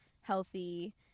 healthy